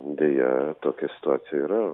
deja tokia situacija yra